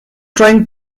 trying